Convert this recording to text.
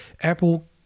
Apple